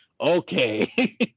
okay